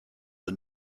the